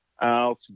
out